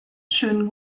schönen